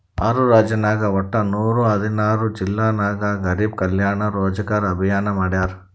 R ರಾಜ್ಯನಾಗ್ ವಟ್ಟ ನೂರಾ ಹದಿನಾರ್ ಜಿಲ್ಲಾ ನಾಗ್ ಗರಿಬ್ ಕಲ್ಯಾಣ ರೋಜಗಾರ್ ಅಭಿಯಾನ್ ಮಾಡ್ಯಾರ್